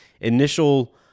initial